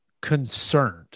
concerned